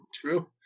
true